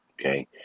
Okay